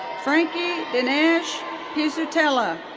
franki deneige pizzutello.